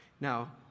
Now